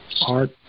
art